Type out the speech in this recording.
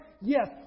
Yes